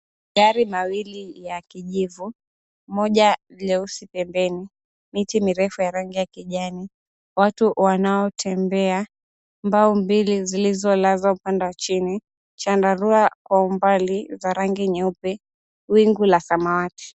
Magari mawili ya kijivu, moja leusi pembeni. Miti mirefu ya rangi ya kijani. Watu wanaotembea. Mbao mbili zilizolazwa upande wa chini. Chandarua kwa umbali za rangi nyeupe. Wingu la samawati.